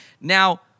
Now